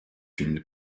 une